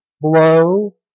blow